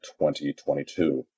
2022